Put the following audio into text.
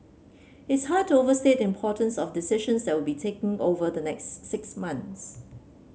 it's hard to overstate the importance of the decisions that will be taken over the next six months